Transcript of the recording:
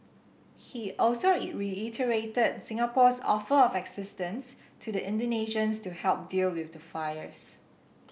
he also reiterated Singapore's offer of assistance to the Indonesians to help deal with the fires